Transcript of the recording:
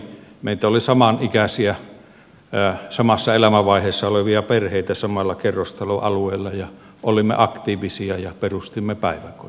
meitä oli samanikäisiä samassa elämänvaiheessa olevia perheitä samalla kerrostaloalueella ja olimme aktiivisia ja perustimme päiväkodin